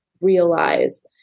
realize